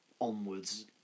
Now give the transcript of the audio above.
onwards